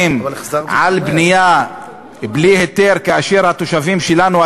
על בנייה בלי היתר כאשר התושבים שלנו,